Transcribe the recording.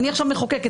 אני עכשיו מחוקקת,